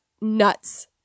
nuts